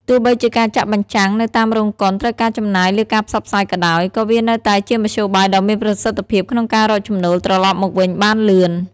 ទោះបីជាការបញ្ចាំងនៅតាមរោងកុនត្រូវការចំណាយលើការផ្សព្វផ្សាយក៏ដោយ ក៏វានៅតែជាមធ្យោបាយដ៏មានប្រសិទ្ធភាពក្នុងការរកចំណូលត្រឡប់មកវិញបានលឿន។